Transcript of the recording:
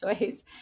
choice